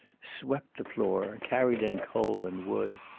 swept the floor, carried in coal and wood.